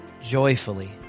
joyfully